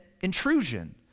intrusion